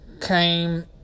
came